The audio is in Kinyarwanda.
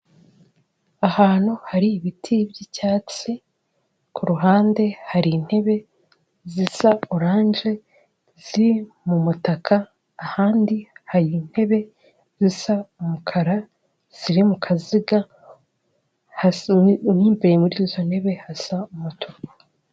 Ahantu hari ibiti by'icyatsi, ku ruhande hari intebe zisa oranje ziri mu mutaka, ahandi hari intebe zisa umukara ziri mukaziga mo imbere muri izo ntebe hasa umutuku.